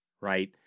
right